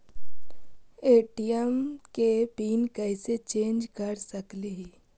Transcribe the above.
ATM के PIN कैसे change कर सकली ही?